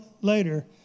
later